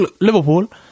Liverpool